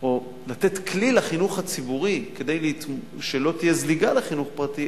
או לתת כלי לחינוך הציבורי כדי שלא תהיה זליגה לחינוך פרטי,